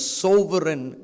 sovereign